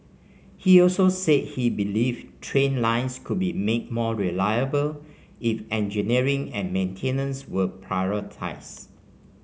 he also said he believed train lines could be made more reliable if engineering and maintenance were prioritised